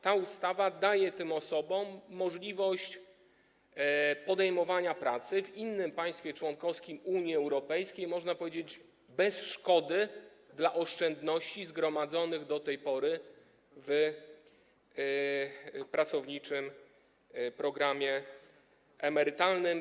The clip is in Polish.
Ta ustawa daje tym osobom możliwość podejmowania pracy w innym państwie członkowskim Unii Europejskiej bez, można powiedzieć, szkody dla oszczędności zgromadzonych do tej pory w pracowniczym programie emerytalnym.